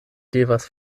devas